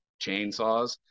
chainsaws